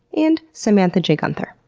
and samantha j guenther.